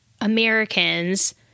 Americans